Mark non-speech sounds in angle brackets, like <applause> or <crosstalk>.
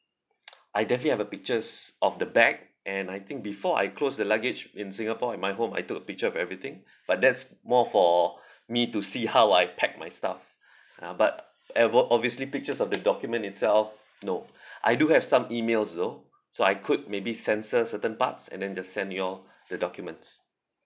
<noise> I definitely have the pictures of the bag and I think before I close the luggage in singapore at my home I took a picture of everything but that's more for me to see how I pack my stuff ah but ever obviously pictures of the document itself no <breath> I do have some emails though so I could maybe censor certain parts and then just send you all the documents